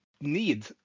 Need